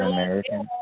American